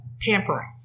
pampering